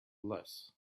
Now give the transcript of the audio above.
less